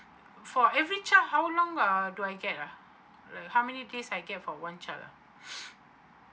for every child how long uh do I get ah like how many days I get for one child ah